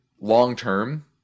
long-term